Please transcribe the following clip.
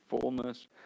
fullness